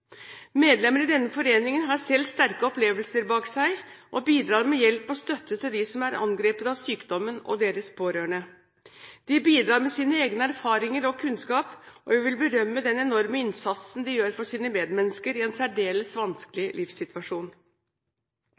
Medlemmene av denne foreningen har selv sterke opplevelser bak seg og bidrar med hjelp og støtte til dem som er angrepet av sykdommen, og deres pårørende. De bidrar med egne erfaringer og egen kunnskap, og jeg vil berømme den enorme innsatsen de gjør for sine medmennesker i en særdeles vanskelig livssituasjon.